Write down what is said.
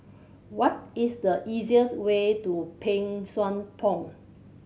what is the easiest way to Pang Sua Pond